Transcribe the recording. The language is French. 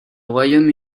royaume